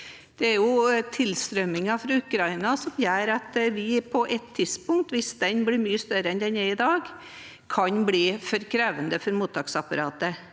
tilstrømmingen fra Ukraina som gjør at det på et tidspunkt, hvis den blir mye større enn den er i dag, kan bli for krevende for mottaksapparatet.